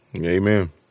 Amen